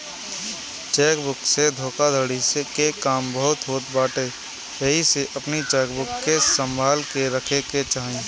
check book से धोखाधड़ी के काम बहुते होत बाटे एही से अपनी चेकबुक के संभाल के रखे के चाही